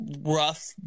rough